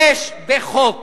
יש בחוק